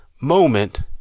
moment